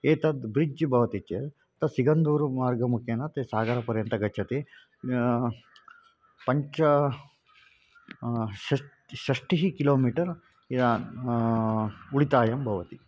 एतद् ब्रिड्ज् भवति चेत् तत् सिगन्दूरु मार्गमुखेन ते सागरपर्यन्तं गच्छन्ति पञ्च षष्टिः षष्टिः किलोमीटर् उळितायं भवति